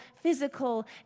physical